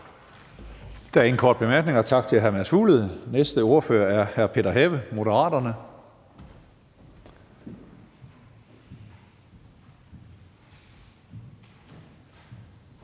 Der er ingen korte bemærkninger. Tak til hr. Mads Fuglede. Næste ordfører er hr. Peter Have, Moderaterne.